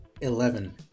Eleven